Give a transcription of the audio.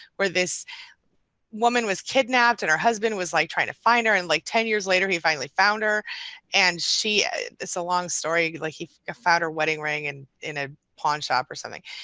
where this woman was kidnapped and her husband was like trying to find her and like ten years later he finally found her and she. it's a long story, like he found her wedding ring and in a pawn shop or something,